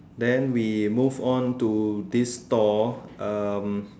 then we move on to this store um